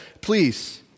please